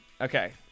Okay